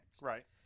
Right